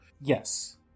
Yes